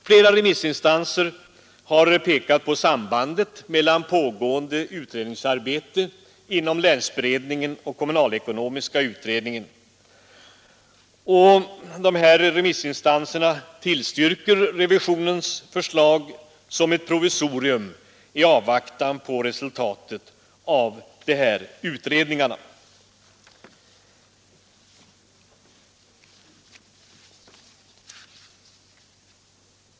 Flera remissinstanser har pekat på sambandet med pågående utredningsarbete inom länsberedningen och kommunalekonomiska utredningen och tillstyrkte revisionens förslag som ett provisorium i avvaktan på resultatet av dessa utredningar.